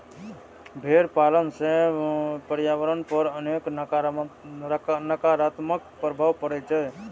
भेड़ पालन सं पर्यावरण पर अनेक नकारात्मक प्रभाव पड़ै छै